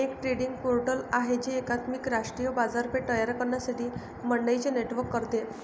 एक trading portal आहे जे एकात्मिक राष्ट्रीय बाजारपेठ तयार करण्यासाठी मंडईंचे नेटवर्क करते